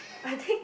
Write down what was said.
I think